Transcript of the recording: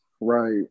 right